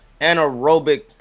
anaerobic